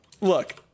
look